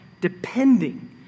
depending